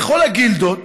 בכל הגילדות,